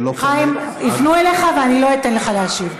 חיים, יפנו אליך ואני לא אתן לך להשיב.